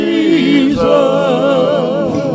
Jesus